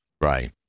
Right